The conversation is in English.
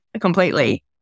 completely